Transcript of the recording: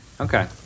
okay